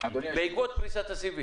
בעקבות פריסת הסיבים.